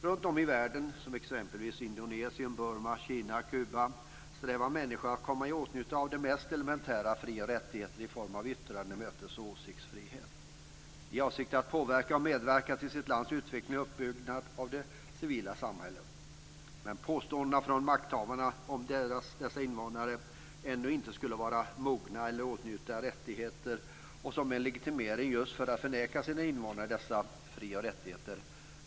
Runtom i världen, t.ex. i Indonesien, Burma, Kina och Kuba, strävar människor efter att komma i åtnjutande av de mest elementära fri och rättigheterna i form av yttrande-, mötes och åsiktsfrihet i avsikt att påverka och medverka till sitt lands utveckling och en uppbyggnad av det civila samhället. Påståenden från makthavarna om att dessa invånare ännu inte skulle vara mogna att åtnjuta dessa rättigheter måste avvisas. Detta används ofta som en legitimering just för att förneka invånarna dessa fri och rättigheter.